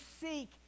seek